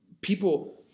people